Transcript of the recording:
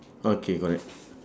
okay correct